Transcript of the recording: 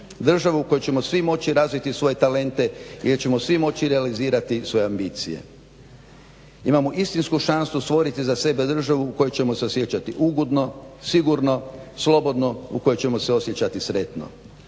državu u kojoj ćemo svi moći razviti svoje talente i gdje ćemo svi moći realizirati svoje ambicije. Imamo istinsku šansu stvoriti za sebe državu u kojoj ćemo se osjećati ugodno, sigurno, slobodno, u kojoj ćemo se osjećati sretno.